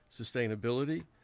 sustainability